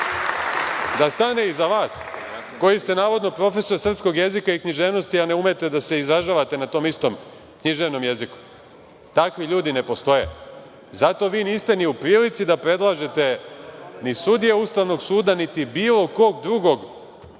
da stane iza vas koji ste navodno profesor srpskog jezika i književnosti, a ne umete da se izražavate na tom istom književnom jeziku? Takvi ljudi ne postoje. Zato vi niste ni u prilici da predlažete ni sudije Ustavnog suda, niti bilo kog drugog